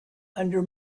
under